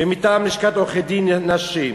ומטעם לשכת עורכי-הדין, נשים.